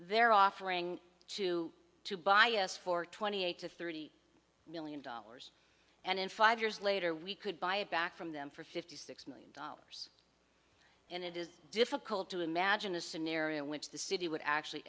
they're offering two to bias for twenty eight to thirty million dollars and in five years later we could buy it back from them for fifty six million dollars and it is difficult to imagine a scenario in which the city would actually